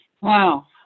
Wow